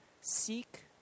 seek